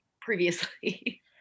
previously